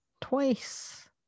twice